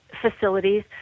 facilities